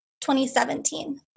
2017